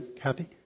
Kathy